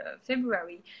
February